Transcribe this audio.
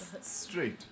straight